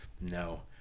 No